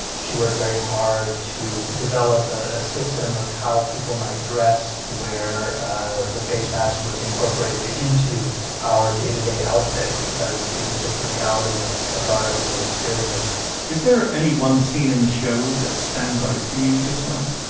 she worked very hard to develop a system of how people might dress where the face mask was incorporated into our day-to-day outfit because it was just a reality of of our everyday experience is there any one scene in the show that stands out for you just now?